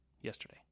yesterday